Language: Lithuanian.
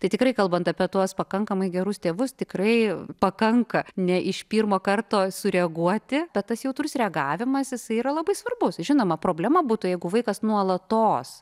tai tikrai kalbant apie tuos pakankamai gerus tėvus tikrai pakanka ne iš pirmo karto sureaguoti bet tas jautrus reagavimas jisai yra labai svarbus žinoma problema būtų jeigu vaikas nuolatos